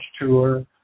tour